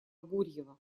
гурьева